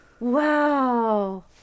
Wow